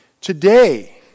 Today